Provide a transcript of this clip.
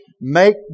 make